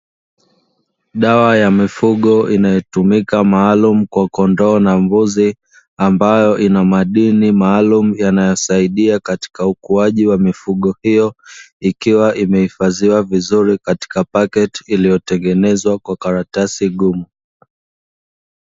Dawa ya mifugo inayotumika maalumu kwa kondoo na mbuzi, ambayo ina madini maalumu yanayosaidia katika ukuaji wa mifugo hiyoo, ikiwa imehifadhiwa vizuri katika pakiti iliyotengenezwa kwa karatasi ngumu.